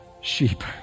sheep